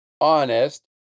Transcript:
honest